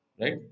right